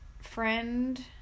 friend